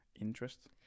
interest